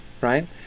right